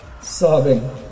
Sobbing